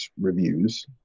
reviews